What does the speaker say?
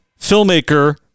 filmmaker